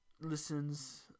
listens